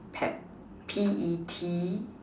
pet P E T